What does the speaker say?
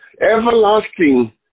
everlasting